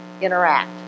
interact